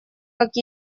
как